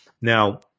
Now